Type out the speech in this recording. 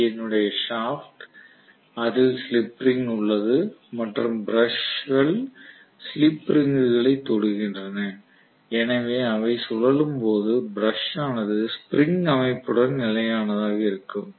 இது என்னுடைய ஷாப்ட் அதில் ஸ்லிப் ரிங்க் உள்ளது மற்றும் பிரஷ்கள் ஸ்லிப் ரிங்குகளை தொடுகின்றன எனவே அவை சுழலும் போது பிரஷ் ஆனது ஸ்ப்ரிங் அமைப்புடன் நிலையானதாக இருக்கும்